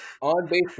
on-base